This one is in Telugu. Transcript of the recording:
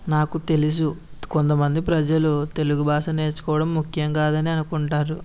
నాకు తెలుసు కొంతమంది ప్రజలు తెలుగు భాష నేర్చుకోవడం ముఖ్యం కాదని అనుకుంటారు